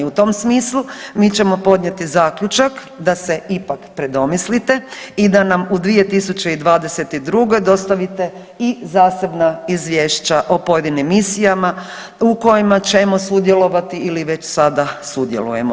U tom smislu mi ćemo podnijeti zaključak da se ipak predomislite i da nam u 2022. dostavite i zasebna izvješća o pojedinim misijama u kojima ćemo sudjelovati ili već sada sudjelujemo.